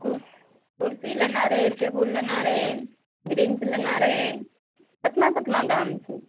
कुर कुर्सी लेना रहय टेबुल लेना रहय ब्रेंच लेना रहय केतना केतना दाम छै